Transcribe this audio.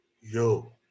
Yo